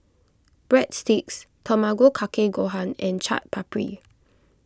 Breadsticks Tamago Kake Gohan and Chaat Papri